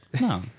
No